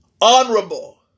honorable